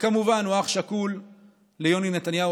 וכמובן הוא אח שכול ליוני נתניהו,